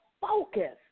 focus